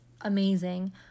amazing